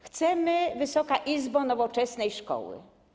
Chcemy, Wysoka Izbo, nowoczesnej szkoły.